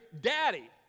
daddy